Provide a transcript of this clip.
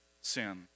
sin